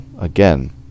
Again